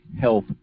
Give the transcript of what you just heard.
health